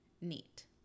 neat